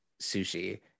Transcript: sushi